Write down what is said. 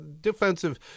defensive